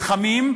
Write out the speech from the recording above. מתחמים,